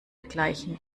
gleichen